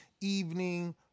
evening